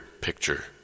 picture